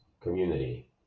community